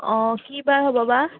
কি বাৰ হ'ব বা